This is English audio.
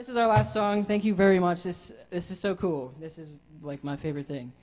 this is our last song thank you very much this this is so cool this is like my favorite thing